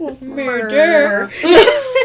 Murder